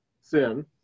sin